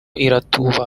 iratuba